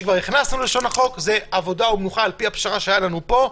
שכבר הכנסנו ללשון החוק זה עבודה ומנוחה על פי הפשרה שהייתה לנו פה,